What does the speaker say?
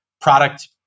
product